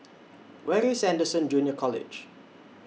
Where IS Anderson Junior College